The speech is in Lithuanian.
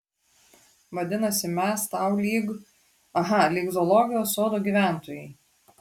vadinasi mes tau lyg aha lyg zoologijos sodo gyventojai